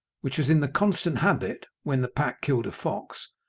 which was in the constant habit, when the pack killed a fox,